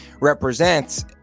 represents